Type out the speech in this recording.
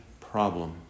problem